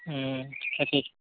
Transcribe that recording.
তাকে